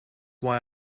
why